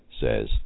says